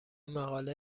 مقاله